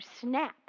snap